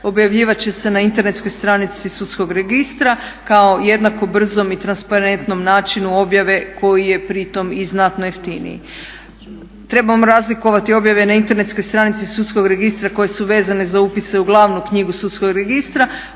objavljivat će se na internetskoj stranici sudskog registra kao jednako brzom i transparentnom načinu objave koji je pritom i znatno jeftiniji. Trebamo razlikovati objave na internetskoj stranici sudskog registra koje su vezane za upis u glavnu knjigu sudskog registra